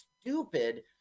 stupid